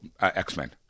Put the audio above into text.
x-men